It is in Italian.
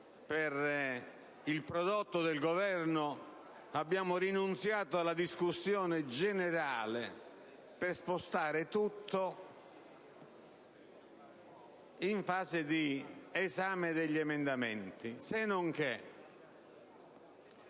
del prodotto del Governo, abbiamo rinunciato alla discussione generale per spostare tutto in fase di esame degli emendamenti. Sennonché